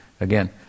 again